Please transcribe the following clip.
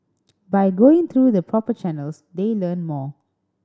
by going through the proper channels they learn more